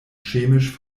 chemisch